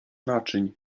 naczyń